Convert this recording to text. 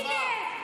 אני אגיד לכם,